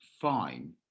fine